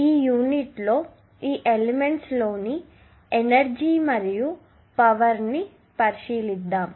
ఈ యూనిట్లో ఈ ఎలెమెంట్స్ లోని ఎనర్జీ మరియు పవర్ ని పరిశీలిస్తాము